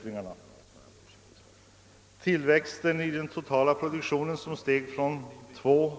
Ökningen av tillväxttakten för den totala produktionen från 2